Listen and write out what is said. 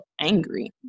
angry